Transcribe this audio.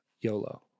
YOLO